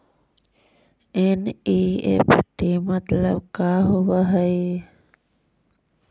NEFT मतलब का होब हई?